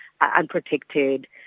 unprotected